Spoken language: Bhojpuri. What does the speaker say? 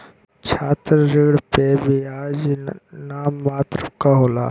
छात्र ऋण पे बियाज नाम मात्र क होला